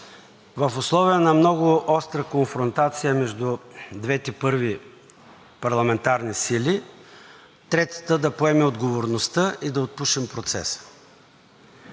в условия на много остра конфронтация между двете първи парламентарни сили третата да поеме отговорността и да отпушим процеса.